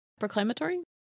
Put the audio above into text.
Proclamatory